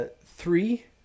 three